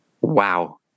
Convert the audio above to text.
Wow